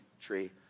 tree